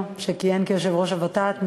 שכיהן כיושב-ראש הוות"ת.